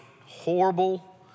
horrible